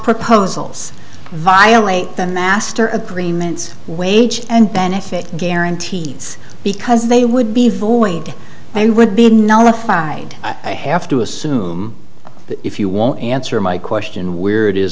proposals violate the master agreements wage and benefit guarantees because they would be void and would be nullified i have to assume that if you won't answer my question where it is